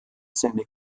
seine